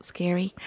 Scary